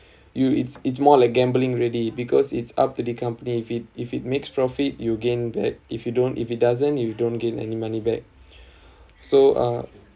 you it's it's more like gambling ready because it's up to the company if it if it makes profits you gain back if you don't if it doesn't you don't gain any money back so uh